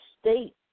state